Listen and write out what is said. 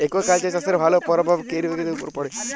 aquaculture চাষের ভালো পরভাব পরকিতির উপরে পড়ে